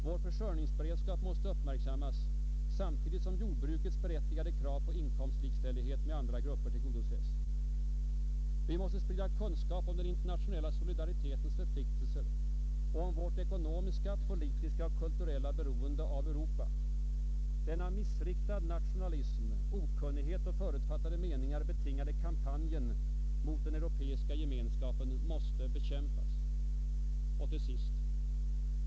Vår försörjningsberedskap måste uppmärksammas, samtidigt som jordbrukets berättigade krav på inkomstlikställighet med andra grupper tillgodoses. 8. Vi måste sprida kunskap om den internationella solidaritetens förpliktelser och om vårt ekonomiska, politiska och kulturella beroende av Europa. Den av missriktad nationalism, okunnighet och förutfattade meningar betingade kampanjen mot den Europeiska gemenskapen måste bekämpas. 9.